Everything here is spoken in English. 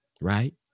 right